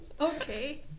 Okay